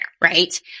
right